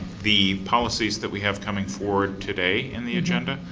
the policies that we have coming forward today in the agenda,